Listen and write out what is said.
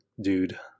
dude